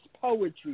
poetry